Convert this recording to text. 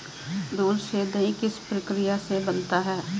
दूध से दही किस प्रक्रिया से बनता है?